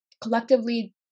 collectively